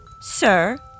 Sir